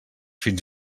fins